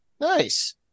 Nice